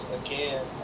again